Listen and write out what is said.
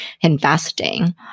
investing